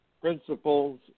principles